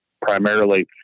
primarily